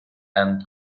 and